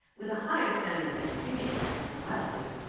with a higher standard of education and morality,